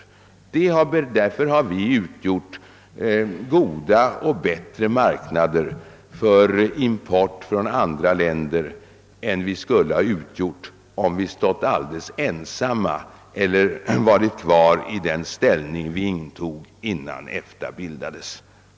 Därför har vi utgjort en bätire marknad när det gällt import från andra länder än vi skulle ha utgjort om vi stått alldeles ensamma eller varit kvar i samma ställning som innan EFTA bildades.